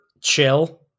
chill